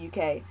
uk